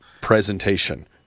presentation